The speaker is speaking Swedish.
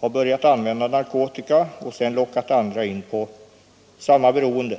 har börjat använda narkotika och sedan lockat andra in i samma beroende.